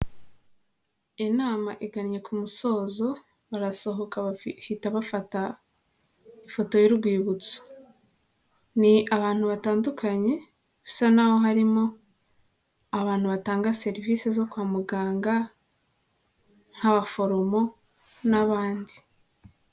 Inama igannye ku musozo barasohotse bahita bafata ifoto y'urwibutso. Ni abantu batandukanye bisa n'aho harimo abantu batanga serivisi zo kwa muganga nk'abaforomo n'abandi.